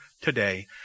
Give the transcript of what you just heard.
today